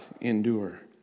endure